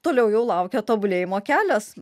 toliau jau laukia tobulėjimo kelias